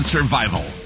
Survival